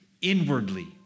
inwardly